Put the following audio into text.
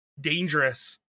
dangerous